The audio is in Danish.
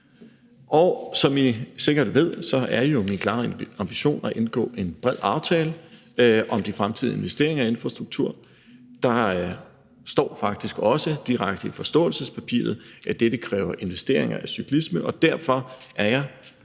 Og som I sikkert ved, er det min klare ambition at indgå en bred aftale om de fremtidige investeringer i infrastruktur. Der står faktisk direkte i forståelsespapiret, at dette kræver investeringer i cyklisme, og derfor er jeg